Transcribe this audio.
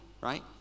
right